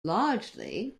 largely